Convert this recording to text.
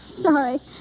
sorry